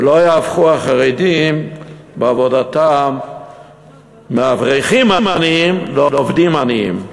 שלא יהפכו החרדים בעבודתם מאברכים עניים לעובדים עניים.